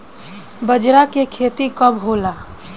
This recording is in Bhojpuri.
बजरा के खेती कब होला?